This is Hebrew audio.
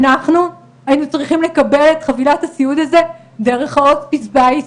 אנחנו היינו צריכים לקבל את חבילת הסיעוד הזאת דרך ההוספיס בית,